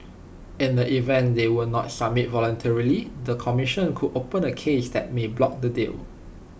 in the event they will not submit voluntarily the commission could open A case that may block the deal